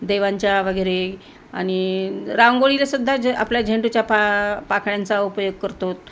देवांच्या वगैरे आणि रांगोळीलासुद्धा झ आपल्या झेंडूच्या पा पाकळ्यांचा उपयोग करतात